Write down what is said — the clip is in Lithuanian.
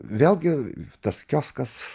vėlgi tas kioskas